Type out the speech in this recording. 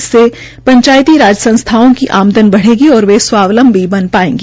इससे पंचायती राज संस्थाओं की आमदन बढ़ेगी और वे स्वावलंबी बन पायेगी